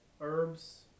herbs